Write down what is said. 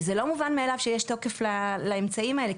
זה לא מובן מאליו שיש תוקף לאמצעים האלה,